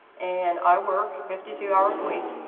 and i work fifty two hours a week.